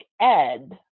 Ed